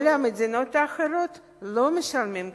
כל המדינות האחרות לא משלמות כלום.